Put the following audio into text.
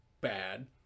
bad